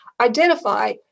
identify